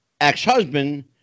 ex-husband